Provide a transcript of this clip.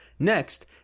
Next